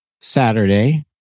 Saturday